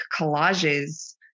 collages